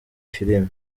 filimi